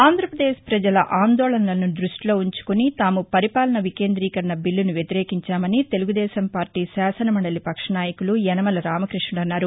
ఆంధ్రాప్రదేశ్ ప్రజల ఆందోళనలను దృష్టిలో ఉంచుకుని తాము పరిపాలన వికేంద్రీకరణ బిల్లను వ్యతిరేకించామని తెలుగుదేశం పార్టీ శాసనమండలి పక్ష నాయకులు యనమల రామకృష్ణుడు అన్నారు